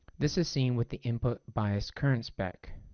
this is seen with the input bias current spec.